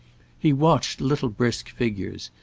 he watched little brisk figures,